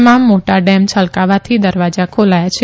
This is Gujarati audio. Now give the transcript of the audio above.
તમામ મોટા ડેમ છલકાવાથી દરવાજા ખોલાયા છે